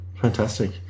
fantastic